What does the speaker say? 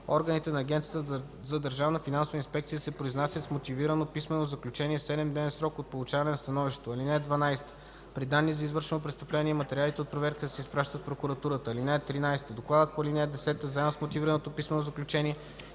Органите на Агенцията за държавна финансова инспекция се произнасят с мотивирано писмено заключение в 7 дневен срок от получаване на становището. (12) При данни за извършено престъпление материалите от проверката се изпращат на прокуратурата. (13) Докладът по ал. 10 заедно с мотивираното писмено заключение